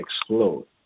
explode